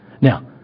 Now